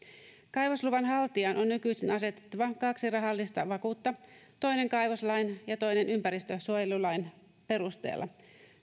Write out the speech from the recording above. kaivosluvan haltijan on nykyisin asetettava kaksi rahallista vakuutta toinen kaivoslain ja toinen ympäristönsuojelulain perusteella